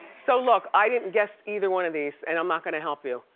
so look, i didn't guess either one of these and i'm not gonna help you.